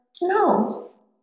no